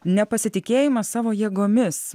nepasitikėjimas savo jėgomis